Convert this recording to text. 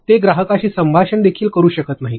ते ग्राहकशी संभाषण देखील करू शकत नाहीत